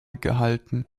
gehalten